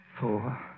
four